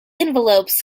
envelopes